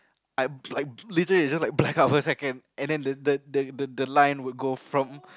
I I literally it's just black out for a second and then the the the the the line would go from